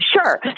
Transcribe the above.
Sure